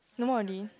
no more already